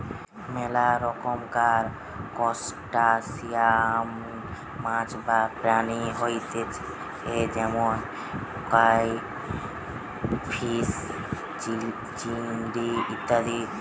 মেলা রকমকার ত্রুসটাসিয়ান মাছ বা প্রাণী হতিছে যেমন ক্রাইফিষ, চিংড়ি ইত্যাদি